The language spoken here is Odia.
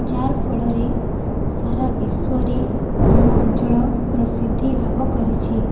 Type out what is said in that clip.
ଯା ଫଳରେ ସାରା ବିଶ୍ୱରେ ଆମ ଅଞ୍ଚଳ ପ୍ରସିଦ୍ଧି ଲାଭ କରିଛି